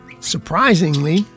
Surprisingly